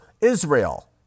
Israel